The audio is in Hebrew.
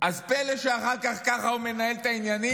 פלא שאחר כך ככה הוא מנהל את העניינים?